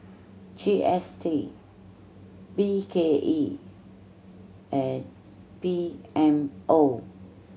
G S T B K E and P M O